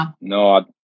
no